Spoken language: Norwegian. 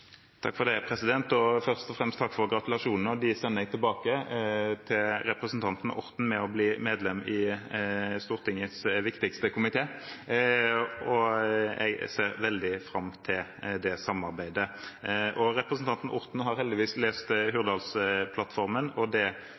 Først og fremst: Takk for gratulasjonene, og dem sender jeg tilbake til representanten Orten for å ha blitt medlem i Stortingets viktigste komité. Jeg ser veldig fram til det samarbeidet. Representanten Orten har heldigvis lest Hurdalsplattformen,